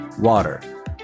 Water